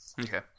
okay